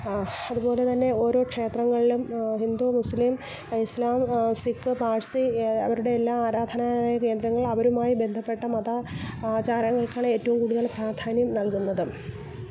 അതുപോലെത്തന്നെ ഓരോ ക്ഷേത്രങ്ങളിലും ഹിന്ദു മുസ്ലീം ഇസ്ലാം സിക്ക് പാഴ്സി അവരുടെയെല്ലാം ആരാധനാലയകേന്ദ്രങ്ങള് അവരുമായി ബന്ധപ്പെട്ട മത ആചാരങ്ങള്ക്കാണ് ഏറ്റവും കൂടുതല് പ്രാധാന്യം നല്കുന്നതും